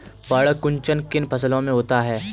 पर्ण कुंचन किन फसलों में होता है?